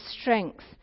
strength